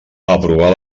aprovar